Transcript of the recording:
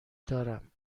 دارم